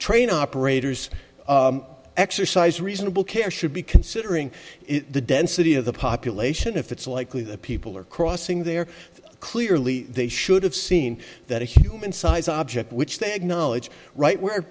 train operators exercise reasonable care should be considering the density of the population if it's likely that people are crossing they're clearly they should have seen that human sized object which they acknowledge right where